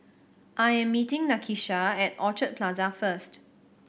I am meeting Nakisha at Orchard Plaza first